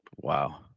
Wow